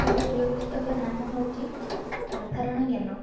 ମୋର ପ୍ରିୟ ପୁସ୍ତକ ନାମ ହେଉଛି ସାଧାରଣ ଜ୍ଞାନ